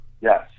Yes